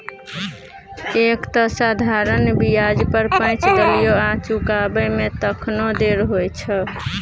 एक तँ साधारण ब्याज पर पैंच देलियौ आ चुकाबै मे तखनो देर होइ छौ